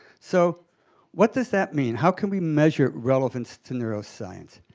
so what does that mean? how can we measure relevance to neuroscience?